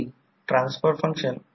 85 lagging power फॅक्टरवर 100 ampere असतो